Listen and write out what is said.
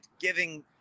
giving